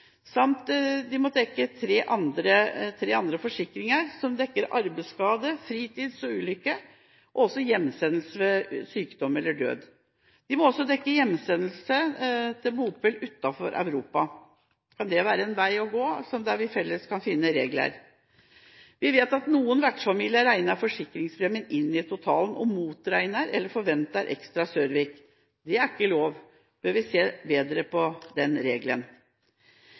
tre andre forsikringer, som dekker arbeidsskade, fritidsskade og ulykkesskade og hjemsendelse ved sykdom eller død. De må også dekke hjemreise til bopel utenfor Europa. Kan det være en vei å gå å finne regler i fellesskap? Vi vet at noen vertsfamilier regner forsikringspremien inn i totalen og motregner eller forventer ekstra service. Det er ikke lov. Bør vi ser mer på den regelen?